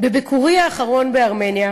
בביקורי האחרון בארמניה